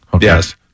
Yes